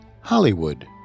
Hollywood